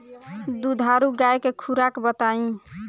दुधारू गाय के खुराक बताई?